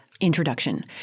introduction